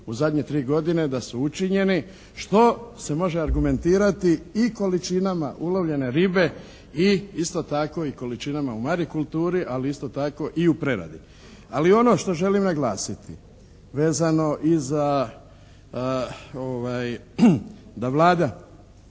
u zadnje tri godine da su učinjeni što se može argumentirati i količinama ulovljene ribe i isto tako i količinama u marikulturi ali isto tako i u preradi. Ali ono što želim naglasiti vezano i za da Vlada